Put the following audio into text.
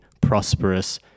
prosperous